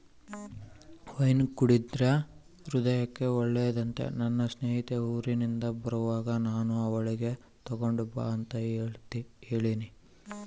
wine ಕುಡೆದ್ರಿಂದ ಹೃದಯಕ್ಕೆ ಒಳ್ಳೆದಂತ ನನ್ನ ಸ್ನೇಹಿತೆ ಊರಿಂದ ಬರುವಾಗ ನಾನು ಅವಳಿಗೆ ತಗೊಂಡು ಬಾ ಅಂತ ಹೇಳಿನಿ